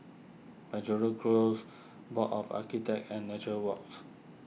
Penjuru Close Board of Architects and Nature Walks